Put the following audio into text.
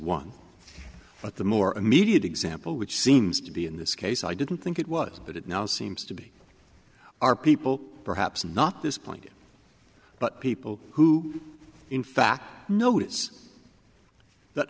the more immediate example which seems to be in this case i didn't think it was but it now seems to be are people perhaps not this point but people who in fact notice that